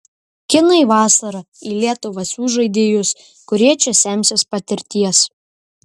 kinai vasarą į lietuvą siųs žaidėjus kurie čia semsis patirties